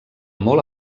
molt